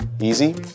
Easy